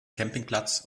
campingplatz